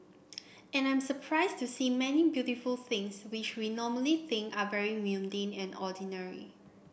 and I'm surprised to see many beautiful things which we normally think are very mundane and ordinary